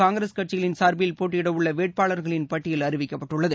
காங்கிரஸ் கட்சிளின் சார்பில் போட்டியிடவுள்ளவேட்பாளர்களின் பட்டியல் அறிவிக்கப்பட்டுள்ளது